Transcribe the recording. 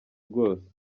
rwose